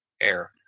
Air